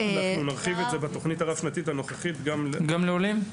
נרחיב את זה בתוכנית הרב-שנתית הנוכחית גם --- גם לעולים?